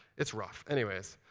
it's rough. anyways.